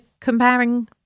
comparing